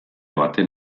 baten